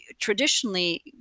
traditionally